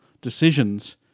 decisions